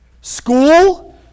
school